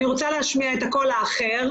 אני רוצה להשמיע את הקול האחר.